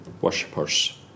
worshippers